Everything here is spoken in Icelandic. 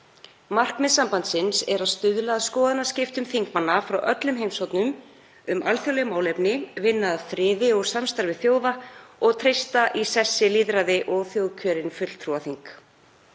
Markmið sambandsins er að stuðla að skoðanaskiptum þingmanna frá öllum heimshornum um alþjóðleg málefni, vinna að friði og samstarfi þjóða og treysta í sessi lýðræði og þjóðkjörin fulltrúaþing.